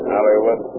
Hollywood